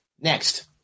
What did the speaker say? Next